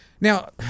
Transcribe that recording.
Now